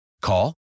Call